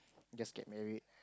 just get married